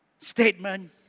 statement